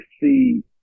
see